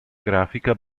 grafica